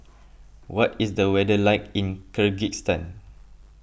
what is the weather like in Kyrgyzstan